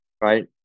right